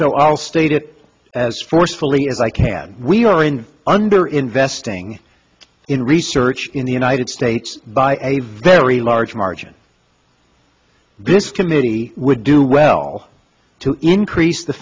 i'll state it as forcefully as i can we are in under investing in research in the united states by a very large margin this committee would do well to increase the